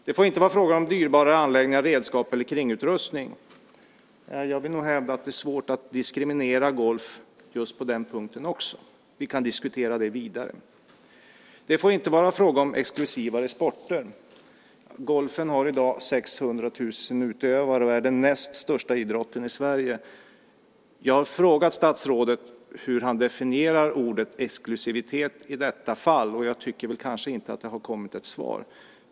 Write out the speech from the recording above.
Det får inte vara fråga om "dyrbara anläggningar, redskap och kringutrustning". Jag vill nog hävda att det är svårt att diskriminera golf just på den punkten också. Vi kan diskutera det vidare. Det får inte vara fråga om "exklusiva sporter". Golfen har i dag 600 000 utövare och är den näst största idrotten i Sverige. Jag har frågat statsrådet hur han definierar ordet exklusivitet i detta fall, och jag tycker inte att det har kommit ett svar.